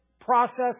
process